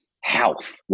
health